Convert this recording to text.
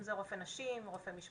אם זה רופא נשים או רופא משפחה,